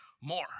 more